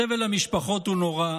סבל המשפחות הוא נורא,